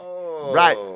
right